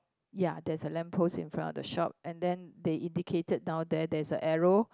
ya there's a lamp post in front of the shop and then they indicated down there there's a arrow